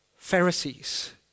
Pharisees